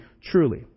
truly